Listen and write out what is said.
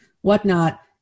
whatnot